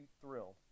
thrilled